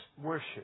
worship